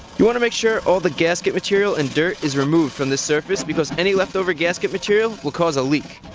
you want to make sure all the gasket material and dirt is removed from the surface because any leftover gasket material will cause a leak.